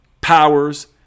powers